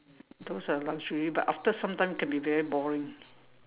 those are luxury but after some time can be very boring